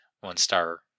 one-star